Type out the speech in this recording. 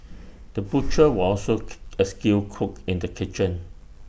the butcher was also A skilled cook in the kitchen